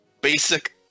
Basic